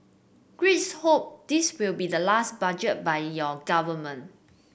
Greeks hope this will be the last budget by your government